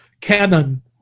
canon